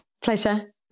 pleasure